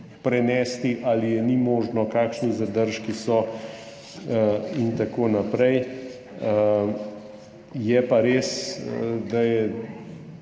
prenesti ali je ni možno, kakšni so zadržki in tako naprej. Je pa res, da je